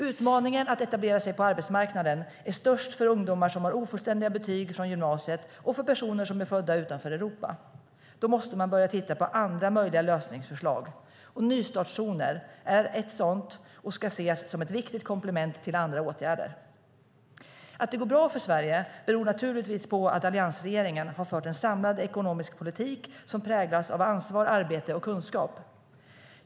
Utmaningen att etablera sig på arbetsmarknaden är störst för ungdomar som har ofullständiga betyg från gymnasiet och för personer som är födda utanför Europa. Då måste man börja titta på andra möjliga lösningsförslag. Nystartszoner är ett sådant. Det ska ses som ett viktigt komplement till andra åtgärder. Att det går bra för Sverige beror på att alliansregeringen har fört en samlad ekonomisk politik som präglas av ansvar, arbete och kunskap.